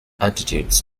attitudes